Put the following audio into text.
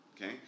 Okay